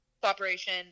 cooperation